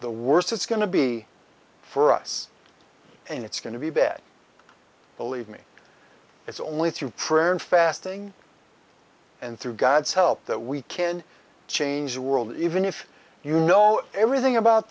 the worse it's going to be for us and it's going to be bad believe me it's only through prayer and fasting and through god's help that we can change the world even if you know everything about